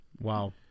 Wow